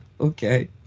Okay